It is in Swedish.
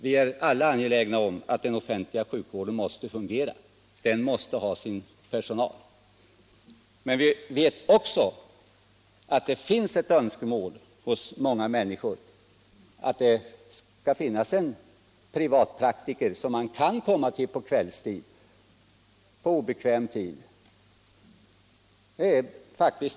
Vi är alla angelägna om att den offentliga sjukvården måste fungera. Den måste ha sin personal. Men vi vet också att det hos många människor finns en önskan att det skall finnas en privatpraktiker som man kan komma till på kvällstid och på annan obekväm tid.